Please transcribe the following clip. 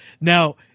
Now